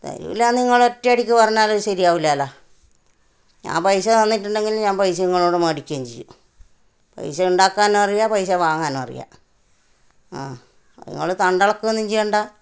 തരൂലാന്ന് നിങ്ങൾ ഒറ്റയടിക്ക് പറഞ്ഞാലത് ശരിയാവില്ലല്ലോ ഞാന് പൈസ തന്നിട്ടുണ്ടെങ്കില് പൈസ ഞാന് നിങ്ങളോട് മേടിക്കുകയും ചെയ്യും പൈസ ഉണ്ടാക്കാനും അറിയാം പൈസ വാങ്ങാനും അറിയാം ആ നിങ്ങൾ തണ്ടെളക്കുവ ഒന്നും ചെയ്യണ്ട